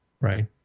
Right